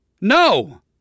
No